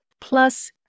Plus